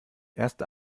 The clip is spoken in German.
erste